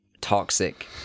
toxic